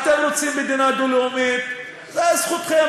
אתם רוצים מדינה דו-לאומית, זו זכותכם.